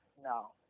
No